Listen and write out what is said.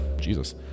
jesus